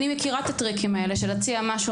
אני מכירה את הטריקים האלה של להציע משהו